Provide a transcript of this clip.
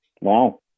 Wow